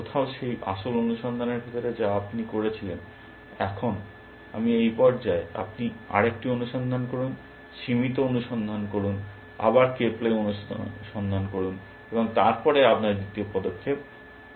কোথাও সেই আসল অনুসন্ধানের ভিতরে যা আপনি করেছিলেন এখন আমি এই পর্যায়ে আপনি আরেকটি অনুসন্ধান করুন সীমিত অনুসন্ধান করুন আবার k প্লাই অনুসন্ধান করুন এবং তারপরে আপনার দ্বিতীয় পদক্ষেপ করুন